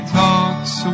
talks